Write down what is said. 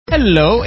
Hello